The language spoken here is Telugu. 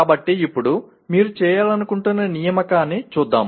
కాబట్టి ఇప్పుడు మీరు చేయాలనుకుంటున్న నియామకాన్ని చూద్దాం